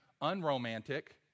unromantic